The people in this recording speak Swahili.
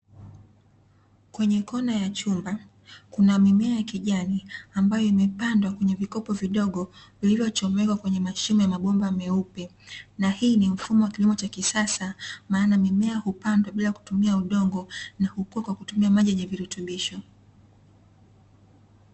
Kwenye kona ya chumba, kuna mimea ya kijani ambayo imepandwa kwenye vikopo vidogo, vilivyochomekwa kwenye mashimo ya mabomba meupe, na hii ni mfumo wa kilimo cha kisasa maana mimea hupandwa bila kutumia udongo na kukua kwa kutumia maji yenye virutubisho.